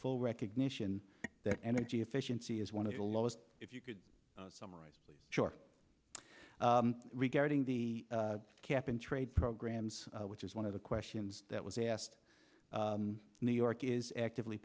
full recognition that energy efficiency is one of the lowest if you could summarize sure regarding the cap and trade programs which is one of the questions that was asked new york is actively